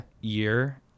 year